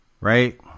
Right